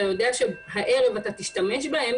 אתה יודע שהערב אתה תשתמש בהם